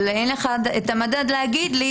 אבל אין לך את המדד להגיד לי.